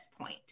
point